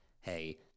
hey